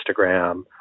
Instagram